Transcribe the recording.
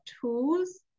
tools